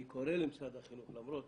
אני קורא למשרד החינוך, למרות